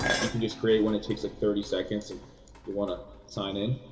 you can just create one, it takes like thirty seconds, and you'll want to sign in.